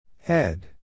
Head